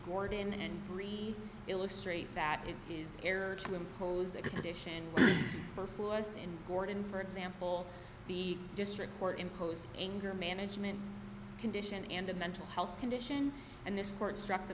gordon and bree illustrate that it is error to impose a condition for flaws in gordon for example the district court imposed anger management condition and a mental health condition and this court struck the